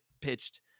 pitched